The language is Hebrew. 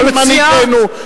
כל מנהיגינו,